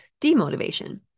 demotivation